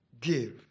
give